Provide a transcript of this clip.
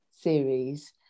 series